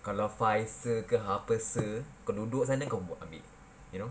kalau Pfizer ke apa sir kau duduk sana kau buat ambil you know